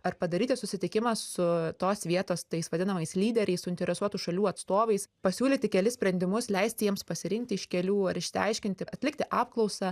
ar padaryti susitikimą su tos vietos tais vadinamais lyderiais suinteresuotų šalių atstovais pasiūlyti kelis sprendimus leisti jiems pasirinkti iš kelių ar išsiaiškinti atlikti apklausą